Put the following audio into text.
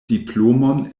diplomon